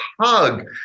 hug